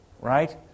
right